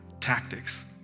tactics